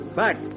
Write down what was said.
back